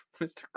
Mr